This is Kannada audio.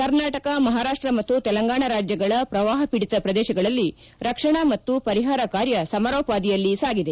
ಕರ್ನಾಟಕ ಮಪಾರಾಷ್ಟ ಮತ್ತು ತೆಲಂಗಾಣ ರಾಜ್ಯಗಳ ಪ್ರವಾಪ ಪೀಡಿತ ಪ್ರದೇಶಗಳಲ್ಲಿ ರಕ್ಷಣಾ ಮತ್ತು ಪರಿಪಾರ ಕಾರ್ಯ ಸಮರೋಪಾದಿಯಲ್ಲಿ ಸಾಗಿದೆ